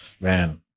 man